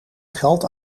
geld